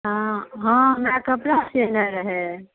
हॅं हमरा कपड़ा सियेनाइ रहै